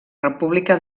república